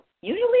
usually